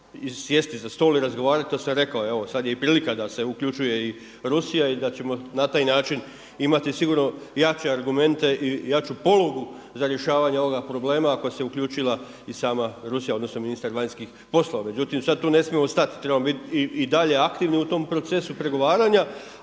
sjesti za stol i razgovarati, to sam rekao. Evo sada je i prilika da se uključuje i Rusija i da ćemo na taj način imati sigurno jače argumenta i jaču polugu za rješavanje ovoga problema ako se uključila i sama Rusija odnosno ministar vanjskih poslova. Međutim, sada tu ne smijemo stati. Trebamo biti i dalje aktivni u tom procesu pregovaranja,